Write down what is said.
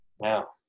Now